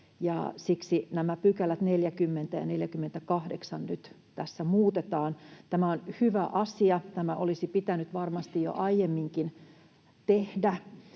§:t nyt tässä muutetaan. Tämä on hyvä asia. Tämä olisi pitänyt varmasti jo aiemminkin tehdä.